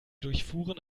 durchfuhren